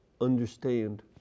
understand